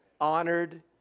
honored